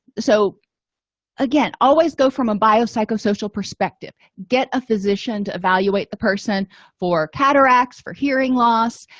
so again always go from a biopsychosocial perspective get a physician to evaluate the person for cataracts for hearing loss